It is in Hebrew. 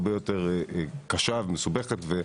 הרבה יותר קשה ומסובכת.